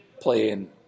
playing